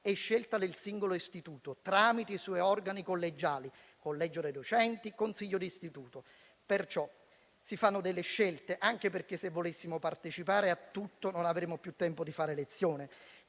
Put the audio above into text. scelta del singolo istituto, tramite i suoi organi collegiali (collegio dei docenti e consiglio d'istituto). Perciò si fanno delle scelte, anche perché, se volessimo partecipare a tutto, non avremmo più tempo di fare lezione.